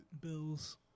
Bills